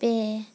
ᱯᱮ